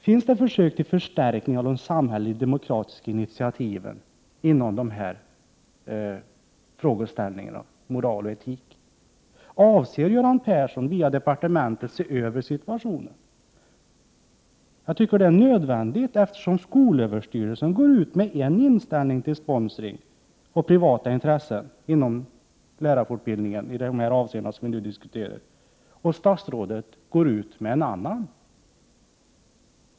Finns det försök till förstärkningar av de samhälleliga demokratiska initiativen när det gäller frågeställningarna inom moral och etik? Avser Göran Persson att via departementet se över situationen? Jag anser att det är nödvändigt, eftersom skolöverstyrelsen går ut med en inställning till sponsring och privata intressen inom lärarfortbildningen i dessa avseenden som vi nu diskuterar och statsrådet går ut med en annan.